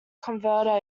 converter